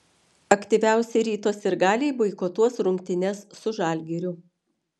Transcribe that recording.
aktyviausi ryto sirgaliai boikotuos rungtynes su žalgiriu